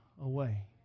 away